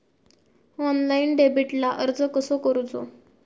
Online डेबिटला अर्ज कसो करूचो?